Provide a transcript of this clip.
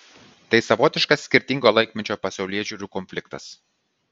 tai savotiškas skirtingo laikmečio pasaulėžiūrų konfliktas